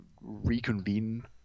reconvene